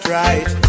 right